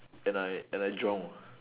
and I and I drown